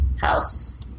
House